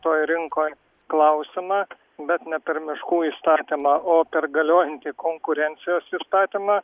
toj rinkoj klausimą bet ne per miškų įstatymą o per galiojantį konkurencijos įstatymą